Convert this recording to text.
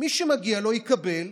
שמי שמגיע לו יקבל,